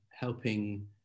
Helping